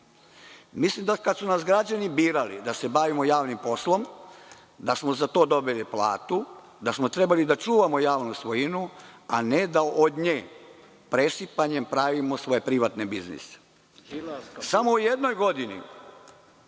dinara. Mislim da kad su nas građani birali da se bavimo javnim poslom, da smo za to dobili platu, da smo trebali da čuvamo javnu svojinu, a ne da od nje presipanje pravimo svoje privatne biznise. Samo u jednoj godini